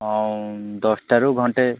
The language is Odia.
ହଁ ଦଶଟାରୁ ଘଣ୍ଟେ